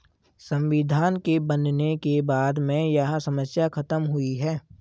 संविधान के बनने के बाद में यह समस्या खत्म हुई है